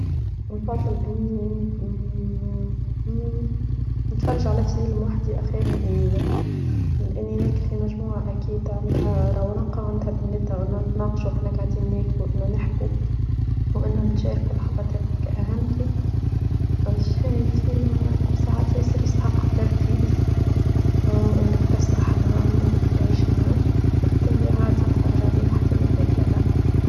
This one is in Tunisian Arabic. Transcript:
من فضل أني نتفرج على فيلم واحدي أخير من أني ناكل من أني ناكل في مجموعة أكيد عندها رونقة وعندها بنتها ونناقش ونحن قاعدين ناكل ونحكي ونشارك ولحظة تابيك أهم لي لأن فيلم ساعات يسر يستحق التركيز وأنك تسرح معه وأنك تعيش معه فبالتالي عادي نتفرج عليه واحدة من الماكلة لا.